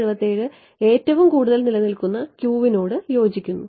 അതിനാൽ 1677 ഏറ്റവും കൂടുതൽ നിലനിൽക്കുന്ന Q നോട് യോജിക്കുന്നു